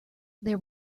there